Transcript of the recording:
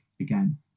again